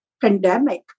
pandemic